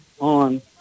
on